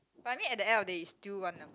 but I mean at the end of the day you still want